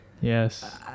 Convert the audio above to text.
yes